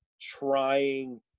trying